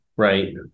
right